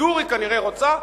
בידור היא כנראה רוצה,